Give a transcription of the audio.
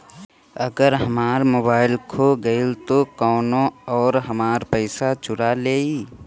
अगर हमार मोबइल खो गईल तो कौनो और हमार पइसा चुरा लेइ?